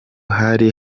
hari